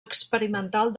experimental